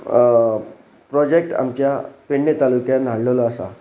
project आमच्या पेडणे तालुक्यान हाडलेलो आसा